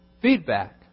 feedback